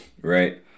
Right